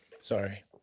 Sorry